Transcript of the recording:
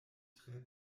tre